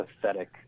pathetic